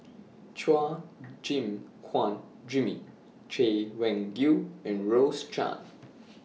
Chua Gim Guan Jimmy Chay Weng Yew and Rose Chan